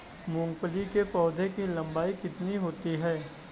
मूंगफली के पौधे की लंबाई कितनी होती है?